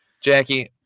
Jackie